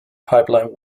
pipeline